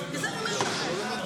לסיים את המלחמה כדי להציל חיי אדם,